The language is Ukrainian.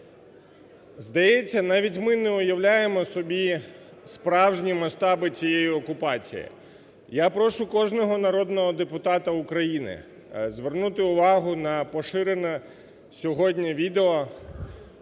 Здається, навіть ми не уявляємо собі справжні масштаби цієї окупації. Я прошу кожного народного депутата України звернути увагу на поширене сьогодні відео,